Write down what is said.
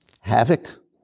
havoc